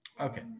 Okay